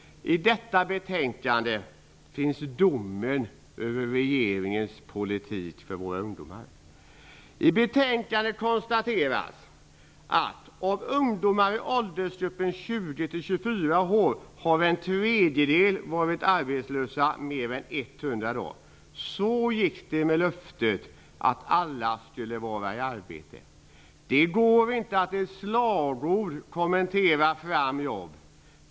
I detta betänkande finns domen över regeringens politik för våra ungdomar. I betänkandet konstateras att en tredjedel av ungdomarna i åldersgruppen 20-24 år har varit arbetslösa mer än 100 dagar. Så gick det med löftet att alla skulle vara i arbete. Det går inte att i slagord kommendera fram jobb.